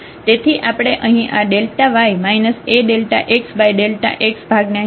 તેથી આપણે અહીં આ y AΔxΔx ભાગ ને અહીં લઈશું